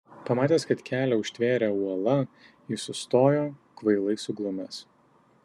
pamatęs kad kelią užtvėrė uola jis sustojo kvailai suglumęs